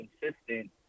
consistent